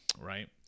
right